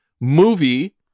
movie